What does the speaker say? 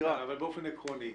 באופן עקרוני.